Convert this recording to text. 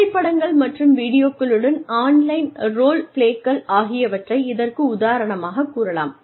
புகைப்படங்கள் மற்றும் வீடியோக்களுடன் ஆன்லைன் ரோல் பிளேக்கள் ஆகியவற்றை இதற்கு உதாரணமாகக் கூறலாம்